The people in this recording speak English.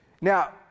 Now